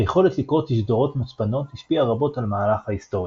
היכולת לקרוא תשדורות מוצפנות השפיע רבות על מהלך ההיסטוריה.